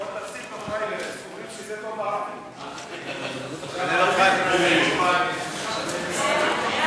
סעיפים 1 3 נתקבלו.